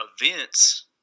events